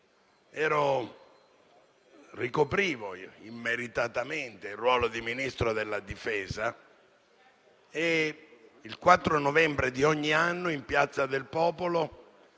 Ricoprivo immeritatamente il ruolo di Ministro della difesa, e il 4 novembre di ogni anno, in piazza del Popolo,